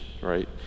Right